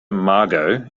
margo